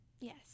Yes